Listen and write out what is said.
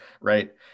right